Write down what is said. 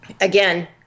again